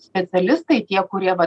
specialistai tie kurie va